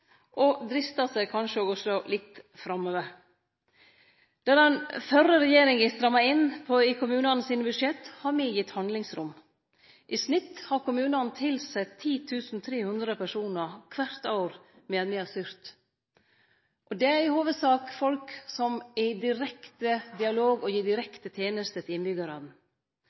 kanskje driste seg til å sjå litt framover. Der den førre regjeringa stramma inn i kommunane sine budsjett, har me gitt handlingsrom. I snitt har kommunane tilsett 10 300 personar kvart år medan me har styrt. Det er i hovudsak folk som er i direkte dialog og gir direkte tenester til